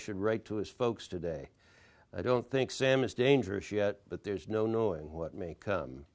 should write to his folks today i don't think sam is dangerous yet but there's no knowing what ma